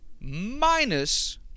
minus